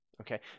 Okay